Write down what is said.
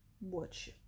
Watch